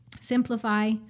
simplify